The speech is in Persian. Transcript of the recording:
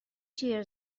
جـر